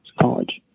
college